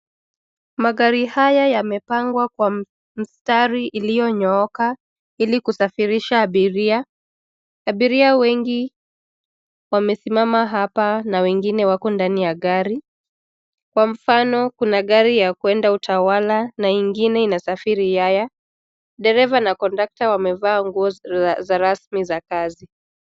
Magari haya yamepangwa kwa mstari iliyonyooka ili kusafirisha abiria. Abiria wengi wamesimama hapa na wengine wako ndani ya gari. Kwa mfano, kuna gari ya kuenda Utawala na ingine inasafiri Yaya. Dereva na kondukta wamevaa nguo za rasmi za kazi.